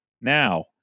Now